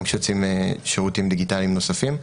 גם כשיוצאים שירותים דיגיטליים נוספים.